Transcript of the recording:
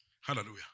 Hallelujah